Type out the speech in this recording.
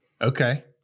Okay